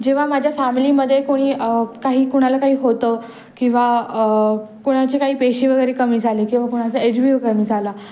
जेव्हा माझ्या फॅमिलीमध्ये कोणी काही कोणाला काही होतं किंवा कोणाचे काही पेशी वगैरे कमी झाले किंवा कोणाचा एच बी ओ कमी झाला